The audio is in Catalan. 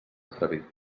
atrevit